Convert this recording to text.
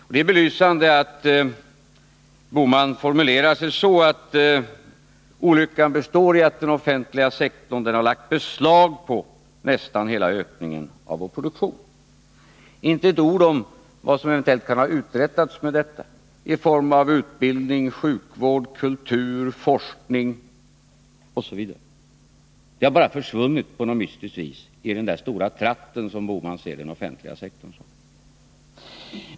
Och det är belysande att Gösta Bohman formulerar sig så, att olyckan består i att den offentliga sektorn har lagt beslag på nästan hela ökningen av vår produktion. Inte ett ord om vad som eventuellt kan ha uträttats med detta i form av utbildning, sjukvård, kultur, forskning osv. Det 73 har bara försvunnit på något mystiskt vis i den där stora tratten som Gösta Bohman ser den offentliga sektorn som.